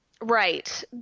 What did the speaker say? Right